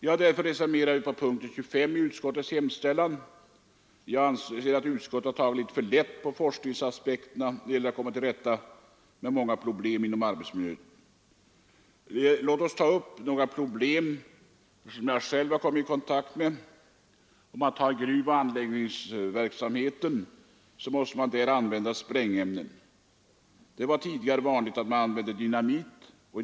Det är därför jag reserverat mig på punkten 25 i utskottets hemställan. Jag anser att utskottet tagit litet för lätt på forskningsaspekterna när det gäller att komma till rätta med många problem inom arbetsmiljön. Låt oss ta upp några problem som jag själv kommit i kontakt med: Inom gruvoch anläggningsverksamheten måste man använda sprängämnen. Det var tidigare vanligt att man använde dynamit.